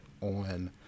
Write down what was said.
on